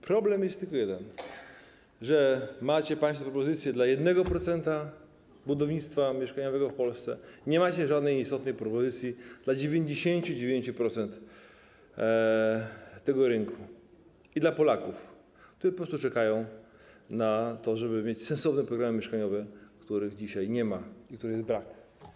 Problem jest tylko jeden: macie państwo propozycje dla 1% budownictwa mieszkaniowego w Polsce, a nie macie żadnej istotnej propozycji dla 99% tego rynku i dla Polaków, którzy po prostu czekają na to, żeby mieć sensowne programy mieszkaniowe, których dzisiaj nie ma, których brak.